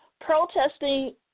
Protesting